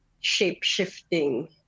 shape-shifting